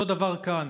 אותו דבר כאן: